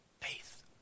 Faith